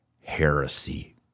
heresy